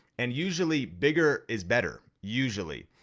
and usually, bigger is better, usually.